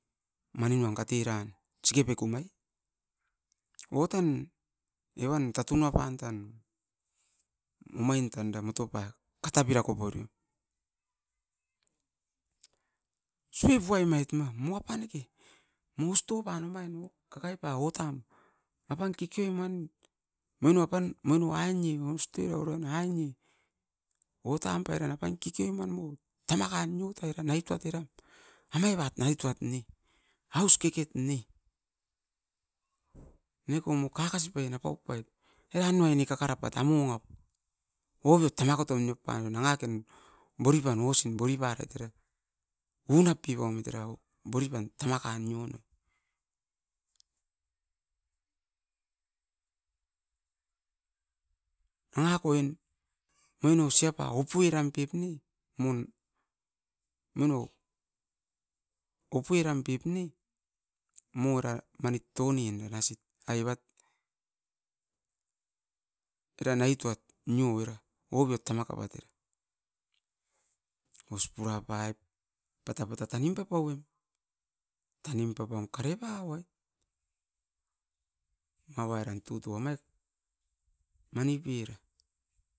Omain tatun nua pan tan motokoi, sikepeku kata pira koporio. Sue puemait mo apikan tan pongen ten, moi no ustoi avairan apan kekkeiom wan era naitoat misin ongo pat no keri-an niotai? Aus keke ne, nanga ko oin siapa opoeram ppepne mo nasit kerinen. Os ppura paip ppata pata tanim papauem, tanim papam kare pau vait, mavairan tuto oro tan kemevait.